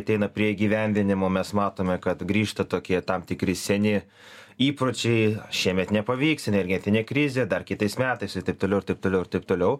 ateina prie įgyvendinimo mes matome kad grįžta tokie tam tikri seni įpročiai šiemet nepavyks energetinė krizė dar kitais metais ir taip toliau ir taip toliau ir taip toliau